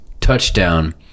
touchdown